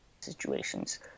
situations